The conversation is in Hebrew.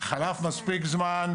חלף מספיק זמן,